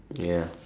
ya